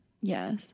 Yes